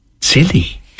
silly